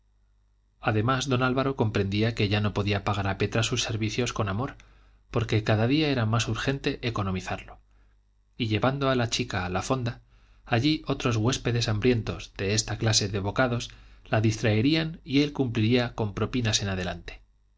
además don álvaro comprendía que ya no podía pagar a petra sus servicios con amor porque cada día era más urgente economizarlo y llevando a la chica a la fonda allí otros huéspedes hambrientos de esta clase de bocados la distraerían y él cumpliría con propinas en adelante